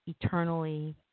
eternally